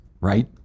right